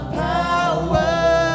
power